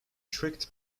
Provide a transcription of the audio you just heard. tricked